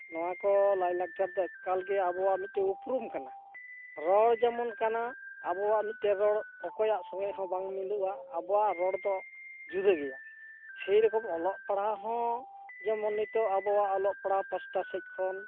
ᱱᱚᱣᱟ ᱠᱚ ᱞᱟᱭᱞᱟᱠᱪᱟᱨ ᱫᱚ ᱮᱠᱟᱞ ᱜᱮ ᱟᱵᱚᱣᱟᱜ ᱢᱤᱫᱴᱮᱱ ᱩᱯᱨᱩᱢ ᱠᱟᱱᱟ ᱨᱚᱲ ᱡᱮᱢᱚᱱ ᱠᱟᱱᱟ ᱟᱵᱚᱣᱟᱜ ᱢᱤᱫᱴᱮᱱ ᱨᱚᱲ ᱚᱠᱚᱭᱟᱜ ᱥᱚᱸᱜᱮ ᱦᱚᱸ ᱵᱟᱝ ᱢᱤᱫᱚᱜᱼᱟ ᱟᱵᱚᱣᱟᱜ ᱨᱚᱲ ᱫᱚ ᱡᱩᱫᱟᱹ ᱜᱮᱭᱟ ᱥᱮᱨᱚᱠᱚᱢ ᱚᱞᱚᱜ ᱯᱟᱲᱦᱟᱣ ᱦᱚᱸ ᱡᱮᱢᱚᱱ ᱱᱤᱛᱚᱜ ᱟᱵᱚᱣᱟᱜ ᱚᱞᱚᱜ ᱯᱟᱲᱦᱟ ᱯᱟᱦᱚᱴᱟᱥᱮᱫ ᱠᱷᱚᱱ